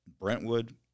Brentwood